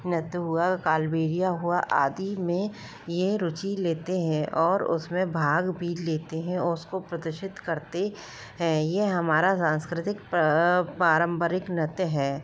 नृत्य हुआ कालबेलिया हुआ आदि में यह रुचि लेते हैं और उसमें भाग भी लेते हैं और प्रदर्शित करते हैं यह हमारा सांस्कृतिक पारम्परिक नृत्य है